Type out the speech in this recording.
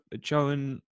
Joan